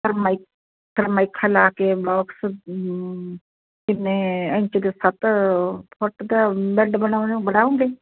ਸਰਮਾਈ ਸਰਮਾਈਖਾ ਲਾ ਕੇ ਬੋਕਸ ਕਿੰਨੇ ਇੰਚ ਕੁ ਸੱਤ ਫੁੱਟ ਦਾ ਬੈੱਡ ਬਣਾਉਣੇ ਓਂ ਬਣਾਓਂਗੇ